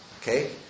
Okay